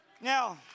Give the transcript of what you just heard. Now